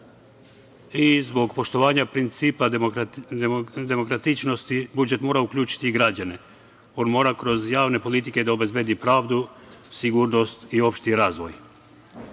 i, zbog poštovanja principa demokratičnosti, budžet mora uključiti i građane. On mora kroz javne politike da obezbedi pravdu, sigurnost i opšti razvoj.